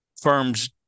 Firms